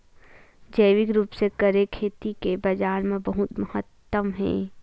जैविक रूप से करे खेती के बाजार मा बहुत महत्ता हे